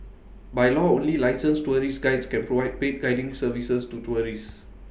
by law only licensed tourist Guides can provide paid guiding services to tourists